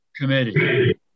Committee